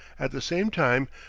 at the same time,